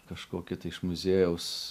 kažkokį tai iš muziejaus